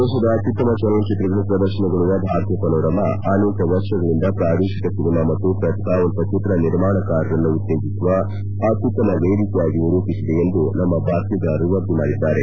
ದೇಶದ ಅತ್ತುತ್ತಮ ಚಲನಚಿತ್ರಗಳು ಪದರ್ಶನಗೊಳ್ಳುವ ಭಾರತೀಯ ಪನೋರಮಾ ಅನೇಕ ವರ್ಷಗಳಿಂದ ಪಾದೇಶಿಕ ಸಿನಿಮಾ ಮತ್ತು ಪ್ರತಿಭಾವಂತ ಚಿತ್ರ ನಿರ್ಮಾಣಕಾರರನ್ನು ಉತ್ತೇಜಿಸುವ ಅತ್ನುತ್ತಮ ವೇದಿಕೆಯಾಗಿ ನಿರೂಪಿಸಿದೆ ಎಂದು ನಮ್ನ ಬಾತ್ತೀದಾರರು ವರದಿ ಮಾಡಿದ್ದಾರೆ